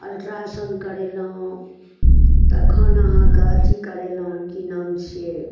ultrasound करेलहुँ तखन अहाँकऽ अथी करेलहुँ की नाम छियै